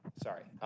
sorry,